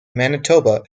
manitoba